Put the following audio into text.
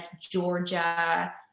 Georgia